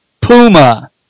Puma